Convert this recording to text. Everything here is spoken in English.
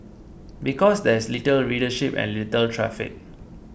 because there is little readership and little traffic